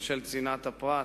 בשל צנעת הפרט,